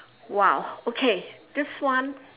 !wow! okay this one